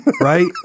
Right